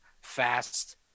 fast